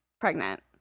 pregnant